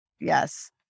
Yes